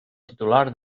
titular